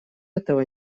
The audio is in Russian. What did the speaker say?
этого